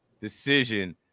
decision